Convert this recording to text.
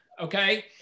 Okay